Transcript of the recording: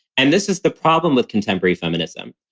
and this is the problem with contemporary feminism.